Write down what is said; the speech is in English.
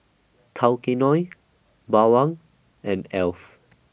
Tao Kae Noi Bawang and Alf